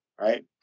right